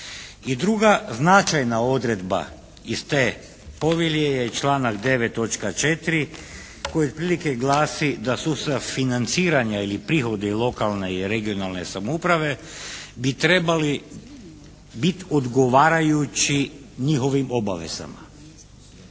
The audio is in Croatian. I druga značajna odredba iz te povelje je članak 9. točka 4. koji otprilike glasi da sustav financiranja ili prihodi lokalne i regionalne samouprave bi trebali biti ogovarajući njihovim obavezama.